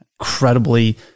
incredibly